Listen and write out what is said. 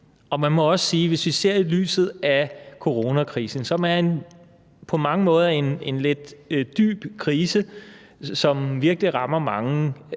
Og man må også sige, hvis vi ser det i lyset af coronakrisen, som er en på mange måder dyb krise, som virkelig rammer mange